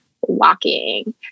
walking